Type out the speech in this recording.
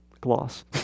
gloss